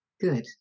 good